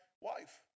wife